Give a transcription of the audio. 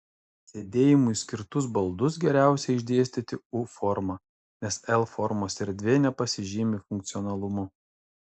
sėdėjimui skirtus baldus geriausia išdėstyti u forma nes l formos erdvė nepasižymi funkcionalumu